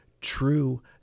True